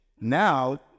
Now